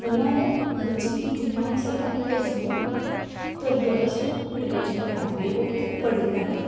उ'यां गै बच्चें गी जिन्ना होई सकदा दस्सियै करियै दस्सो ते बच्चें गी याद बी रौह्ग ते पढ़ी बी लैङन